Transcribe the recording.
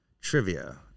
Trivia